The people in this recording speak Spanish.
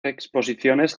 exposiciones